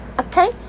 okay